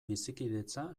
bizikidetza